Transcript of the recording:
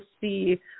see